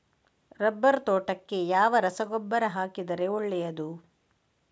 Rubber ತೋಟಕ್ಕೆ ಯಾವ ರಸಗೊಬ್ಬರ ಹಾಕಿದರೆ ಒಳ್ಳೆಯದು?